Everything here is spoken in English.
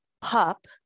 Pup